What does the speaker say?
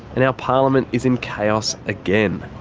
and our parliament is in chaos again.